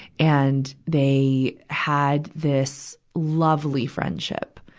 and, they had this lovely friendship.